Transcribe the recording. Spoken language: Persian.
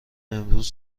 امروز